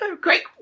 Great